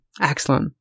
Excellent